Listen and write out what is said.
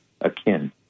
akin